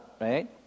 right